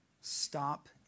Stop